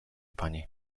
pani